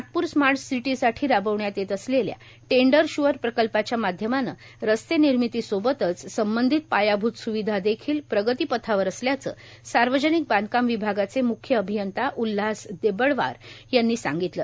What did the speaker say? Nagpur smart सिदीसाठी राबविण्यात येत असलेल्या टेंडर शुअर प्रकल्पाच्या माध्यमानं रस्ते निर्मितीसोबतच संबंधित पायाभूत सुविधा देखिल प्रगतीपथावर असल्याचं सार्वजनिक बांधकाम विभागाचे मुख्य अभियंता उल्हास देबडवार यांनी सांगितलं